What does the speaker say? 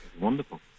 wonderful